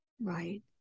Right